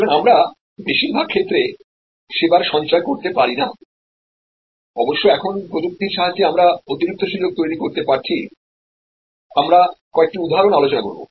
সুতরাং আমরা বেশিরভাগ ক্ষেত্রে পরিষেবার সঞ্চয় করতে পারি না অবশ্য এখন প্রযুক্তির সাহায্যে আমরা অতিরিক্ত সুযোগ তৈরি করতে পেরেছি আমরা কয়েকটি উদাহরণ আলোচনা করব